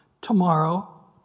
Tomorrow